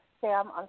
Sam